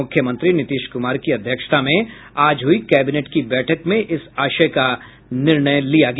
मुख्यमंत्री नीतीश कुमार की अध्यक्षता में आज हुई कैबिनेट की बैठक में इस आशय का निर्णय लिया गया